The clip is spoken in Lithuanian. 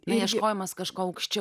ieškojimas kažko aukščiau